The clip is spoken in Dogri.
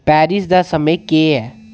पेरिस दा समें केह् ऐ